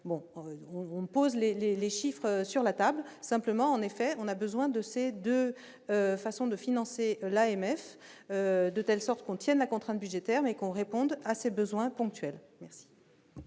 les, les, les chiffres sur la table, simplement, en effet, on a besoin de ces 2 façons de financer l'AMF de telle sorte qu'on tienne la contrainte budgétaire, mais qu'on réponde à ses besoins ponctuels. Merci